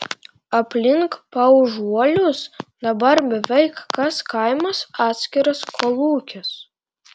aplink paužuolius dabar beveik kas kaimas atskiras kolūkis